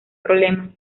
problema